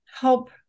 help